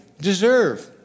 deserve